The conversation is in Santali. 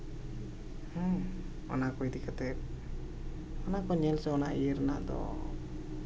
ᱚᱱᱟᱠᱚ ᱤᱫᱤ ᱠᱟᱛᱮᱫ ᱚᱱᱟ ᱠᱚ ᱧᱮᱞᱛᱮ ᱤᱭᱟᱹ ᱨᱮᱱᱟᱜ ᱫᱚ